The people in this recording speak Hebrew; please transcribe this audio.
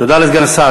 תודה לסגן השר.